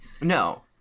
no